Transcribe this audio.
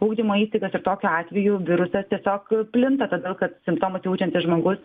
ugdymo įstaigas ir tokiu atveju virusas tiesiog plinta todėl kad simptomus jaučiantis žmogus